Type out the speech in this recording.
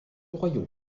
royaume